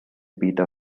beta